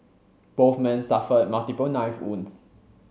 both men suffered multiple knife wounds